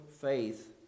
faith